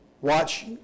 Watch